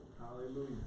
Hallelujah